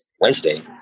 Wednesday